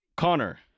Connor